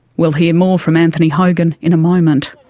we'll hear more from anthony hogan in a moment.